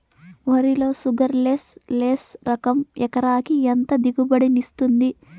వరి లో షుగర్లెస్ లెస్ రకం ఎకరాకి ఎంత దిగుబడినిస్తుంది